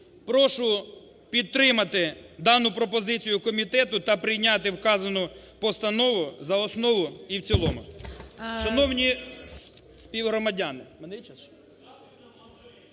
Прошу підтримати дану пропозицію комітету та прийняти вказану постанову за основу і в цілому.